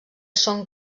són